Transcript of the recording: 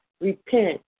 Repent